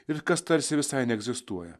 ir kas tarsi visai neegzistuoja